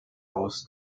haus